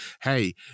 hey